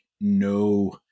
no